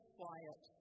quiet